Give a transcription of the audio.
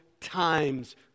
times